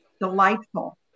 delightful